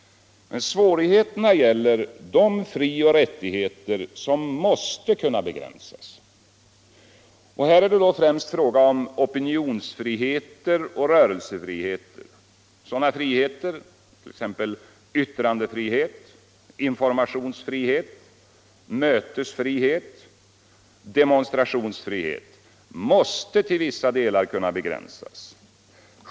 Svårigheterna gäller de frioch rättigheter som måste kunna begränsas. Här är det främst fråga om opinionsfriheter och rörelsefriheter. Sådana friheter, t.ex. yttrandefrihet, informationsfrihet, mötesfrihet och demonstrationsfrihet, måste till vissa delar kunna begränsas.